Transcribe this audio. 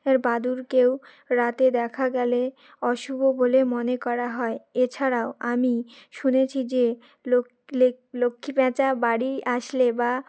এর বাদুড়কেও রাতে দেখা গেলে অশুভ বলে মনে করা হয় এছাড়াও আমি শুনেছি যে লোক লেক লক্ষ্মী প্যাঁচা বাড়ি আসলে বা